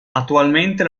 attualmente